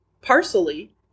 parsley